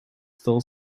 still